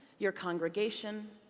your congregation,